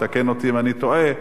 תקן אותי אם אני טועה,